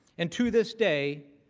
and to this day,